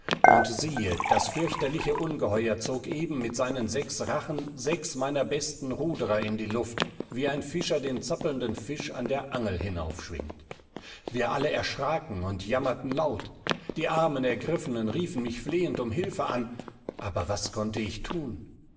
und siehe das fürchterliche ungeheuer zog eben mit seinen sechs rachen sechs meiner besten ruderer in die luft wie ein fischer den zappelnden fisch an der angel hinaufschwingt wir alle erschraken und jammerten laut die armen ergriffenen riefen mich flehend um hilfe an aber was konnte ich thun